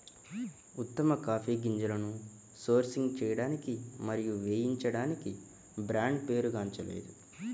ఉత్తమ కాఫీ గింజలను సోర్సింగ్ చేయడానికి మరియు వేయించడానికి బ్రాండ్ పేరుగాంచలేదు